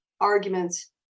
arguments